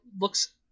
looks